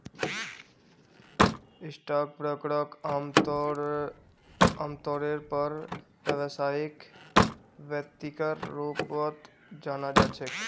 stock ब्रोकरक आमतौरेर पर व्यवसायिक व्यक्तिर रूपत जाना जा छे